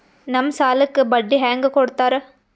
ನಮ್ ಸಾಲಕ್ ಬಡ್ಡಿ ಹ್ಯಾಂಗ ಕೊಡ್ತಾರ?